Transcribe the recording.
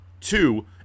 Two